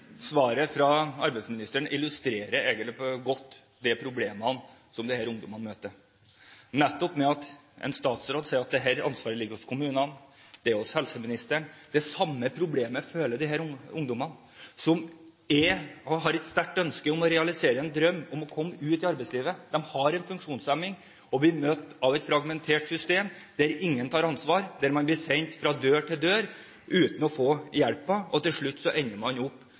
Svaret fra arbeidsministeren illustrerer egentlig godt de problemene disse ungdommene møter, nettopp ved at en statsråd sier at dette ansvaret ligger hos kommunene og hos helseministeren. Det samme problemet føler disse ungdommene, som har et sterkt ønske om å realisere en drøm om å komme ut i arbeidslivet. De har en funksjonshemning og blir møtt av et fragmentert system der ingen tar ansvar, der de blir sendt fra dør til dør uten å få hjelp, og til slutt ender de opp